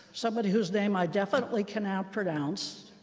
somebody's whose name i definitely cannot pronounce,